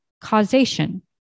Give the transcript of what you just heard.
causation